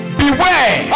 beware